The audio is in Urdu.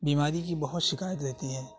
بیماری کی بہت شکایت رہتی ہے